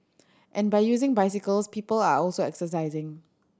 and by using bicycles people are also exercising